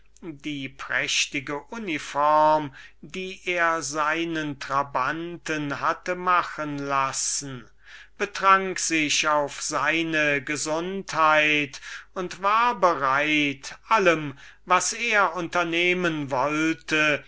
die prächtige kleidung und waffen die er seinen trabanten hatte machen lassen betrank sich auf seine gesundheit und war bereit allem was er unternehmen wollte